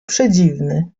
przedziwny